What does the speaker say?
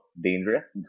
dangerous